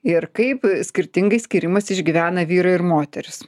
ir kaip skirtingai skyrimus išgyvena vyrai ir moterys